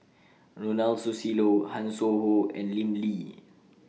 Ronald Susilo Hanson Ho and Lim Lee